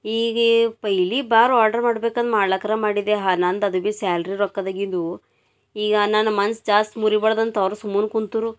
ಈಗೆ ಪೆಹ್ಲಿ ಬಾರ್ ಆರ್ಡ್ರ್ ಮಾಡ್ಬೇಕನ್ನ ಮಾಡ್ಲಕರ ಮಾಡಿದ್ದೆ ಹಾ ನಂದು ಅದು ಬಿ ಸ್ಯಾಲ್ರಿ ರೊಕ್ಕದಾಗಿಂದು ಈಗ ನನ್ನ ಮನ್ಸು ಜಾಸ್ತಿ ಮುರಿಬಾಡ್ದಂತ ಅವ್ರು ಸುಮ್ನ ಕುಂತ್ರು